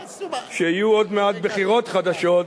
שיהיו עוד מעט בחירות חדשות,